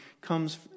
comes